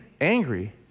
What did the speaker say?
angry